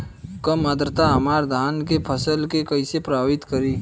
कम आद्रता हमार धान के फसल के कइसे प्रभावित करी?